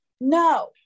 No